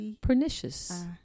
Pernicious